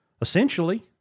essentially